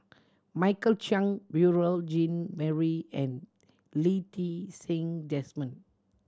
Michael Chiang Beurel Jean Marie and Lee Ti Seng Desmond